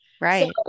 right